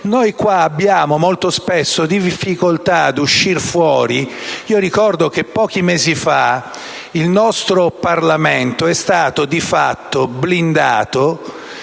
Noi qua molto spesso abbiamo difficoltà ad uscire fuori. Ricordo che pochi mesi fa il nostro Parlamento è stato di fatto blindato